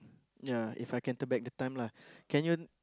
ya If I can turn back the time lah can you